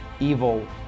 evil